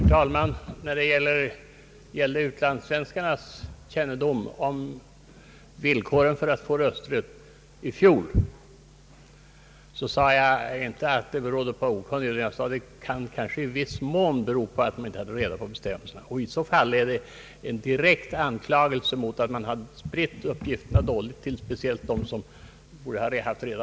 Herr talman! När det gäller utlandssvenskarnas kännedom om villkoren för att få rösträtt i fjol sade jag inte att det berodde på okunnighet, utan jag sade att det kanske i viss mån kunde bero på att de inte hade reda på bestämmelserna. I så fall är det en direkt anklagelse för att man hade spritt uppgifterna dåligt till dem som borde ha fått dem.